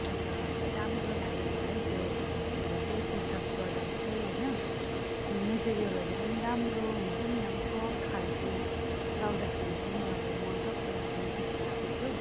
अन्त राम्रो लाग्यो मलाई त्यो उयो चाहिँ कुर्ताको प्रोडक्ट चाहिँ होइन मटेरियलहरू राम्रो हुन्छ नि अब सफ्ट खालको लाउँदाखेरि पनि अब मज्जाको लाग्ने त्यस्तो आएको थियो हौ